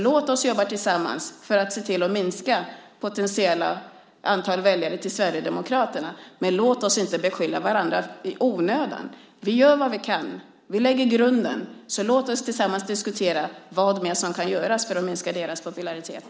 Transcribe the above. Låt oss jobba tillsammans för att se till att minska det potentiella antalet väljare till Sverigedemokraterna. Låt oss inte beskylla varandra i onödan. Vi gör vad vi kan. Vi lägger grunden. Låt oss tillsammans diskutera vad mer som kan göras för att minska deras popularitet.